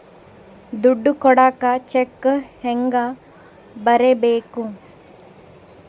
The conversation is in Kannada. ದುಡ್ಡು ಕೊಡಾಕ ಚೆಕ್ ಹೆಂಗ ಬರೇಬೇಕು?